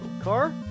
car